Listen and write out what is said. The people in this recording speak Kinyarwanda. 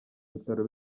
bitaro